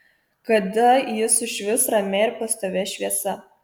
kada ji sušvis ramia ir pastovia šviesa